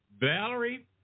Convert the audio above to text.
Valerie